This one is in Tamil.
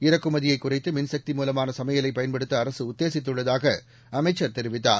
இறக்குமதியைக் குறைத்துமின் சக்தி மூலமானசமையலைபயன்படுத்தஅரசுஉத்தேசித்துள்ளதாகஅமைச்சர் தெரிவித்தார்